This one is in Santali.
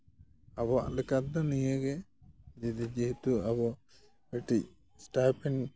ᱟᱵᱚᱣᱟᱜ ᱞᱮᱠᱟᱛᱮ ᱫᱚ ᱱᱤᱭᱟᱹᱜᱮ ᱫᱤᱫᱤ ᱡᱮᱦᱮᱛᱩ ᱟᱵᱚ ᱢᱤᱫᱴᱤᱡ ᱮᱥᱴᱟᱭᱯᱷᱮᱱ